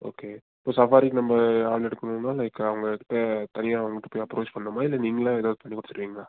okay இப்போது safari நம்ம ஆள் எடுக்கணுனா லைக் அவங்கப்ப தனியாவங்க்ட போய் அப்ரோச் பண்ணுமா இல்லை நீங்களை எதுண்ண கொடுத்துடுவீங்களா